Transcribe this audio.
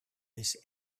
this